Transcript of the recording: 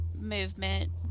movement